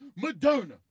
Moderna